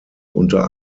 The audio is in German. unter